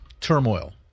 turmoil